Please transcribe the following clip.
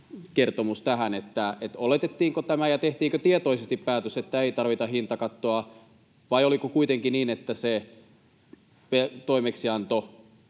kertomus tähän? Oletettiinko tämä, ja tehtiinkö tietoisesti päätös, että ei tarvita hintakattoa, [Katja Taimelan välihuuto] vai oliko kuitenkin niin, että se toimeksianto